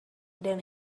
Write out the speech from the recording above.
then